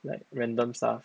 like random stuff